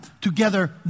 together